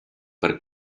per